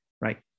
right